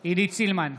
בהצבעה עידית סילמן,